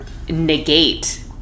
negate